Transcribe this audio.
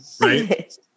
right